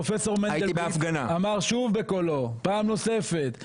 פרופסור מנדלבליט אמר שוב בקולו פעם נוספת,